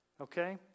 Okay